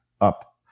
up